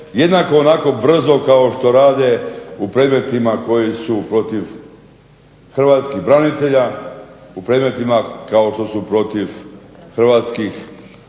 jednako onako brzo kao što rade u predmetima koji su protiv Hrvatskih branitelja u predmetima kao što su protiv Hrvatskih građana,